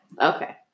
Okay